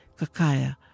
...kakaya